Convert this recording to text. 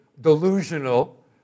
delusional